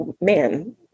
Man